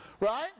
right